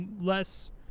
less